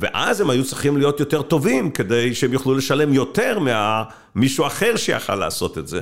ואז הם היו צריכים להיות יותר טובים, כדי שהם יוכלו לשלם יותר ממישהו אחר שיכל לעשות את זה.